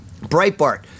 Breitbart